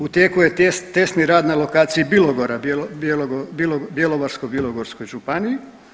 U tijeku je testni rad na lokaciji Bilogora, Bjelovarsko-bilogorskoj županiji.